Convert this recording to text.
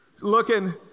looking